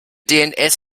dns